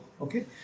Okay